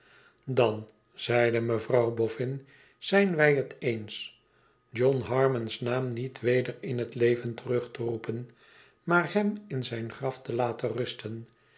zeide mevrouw boffin i zijn wij het eens john harmon's naam niet weder in het leven terug te roepen maar hem in zijn graf te laten nisten